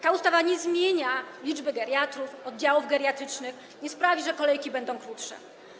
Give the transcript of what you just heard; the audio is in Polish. Ta ustawa nie zmienia liczby geriatrów, oddziałów geriatrycznych, nie sprawi, że kolejki będą krótsze.